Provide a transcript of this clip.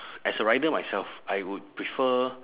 as a rider myself I would prefer